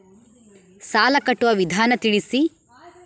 ಸಾಲ ಕಟ್ಟುವ ವಿಧಾನ ತಿಳಿಸಿ?